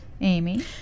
Amy